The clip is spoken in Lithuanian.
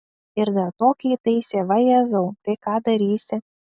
ir dar tokį įtaisė vajezau tai ką darysi